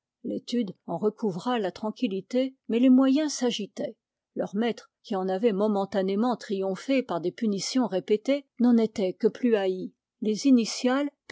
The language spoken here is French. l'étude en recouvra la tranquillité mais les moyens s'agitaient leur maître qui en avait momentanément triomphé par des punitions répétées n'en était que plus haï les initiales